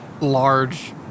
large